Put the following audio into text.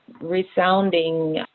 resounding